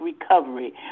recovery